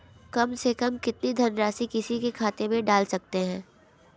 कम से कम कितनी धनराशि किसी के खाते में डाल सकते हैं?